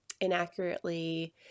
inaccurately